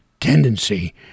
tendency